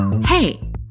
Hey